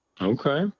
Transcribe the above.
Okay